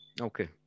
Okay